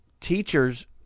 teachers